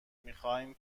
میخواییم